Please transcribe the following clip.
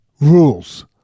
rules